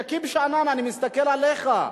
שכיב שנאן, אני מסתכל עליך.